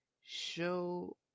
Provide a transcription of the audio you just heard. show